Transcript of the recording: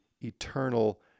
eternal